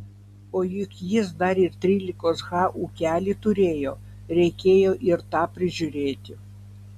o juk jis dar ir trylikos ha ūkelį turėjo reikėjo ir tą prižiūrėti